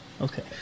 Okay